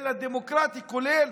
אלא דמוקרטי כולל,